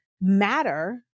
matter